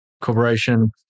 corporation